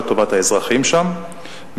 לטובת האזרחים שם,